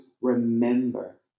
remember